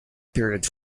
period